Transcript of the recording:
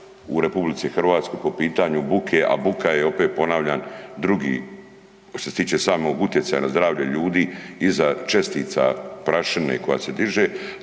u RH po pitanju buke, a buka je opet ponavljam drugi, što se tiče samog utjecaja na zdravlje ljudi, iza čestica prašine koja se diže,